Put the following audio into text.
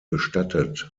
bestattet